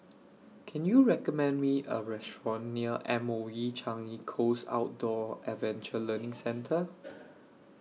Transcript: Can YOU recommend Me A Restaurant near M O E Changi Coast Outdoor Adventure Learning Centre